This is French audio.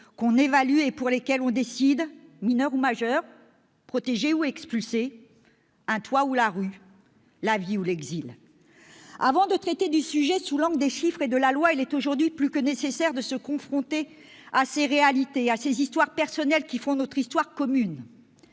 qu'on évalue et pour lesquels on décide : mineur ou majeur, protégé ou expulsé, un toit ou la rue, la vie ou l'exil. Avant de traiter du sujet sous l'angle des chiffres et de la loi, il est aujourd'hui plus que nécessaire de se confronter à ces réalités, à ces histoires personnelles qui font notre histoire commune.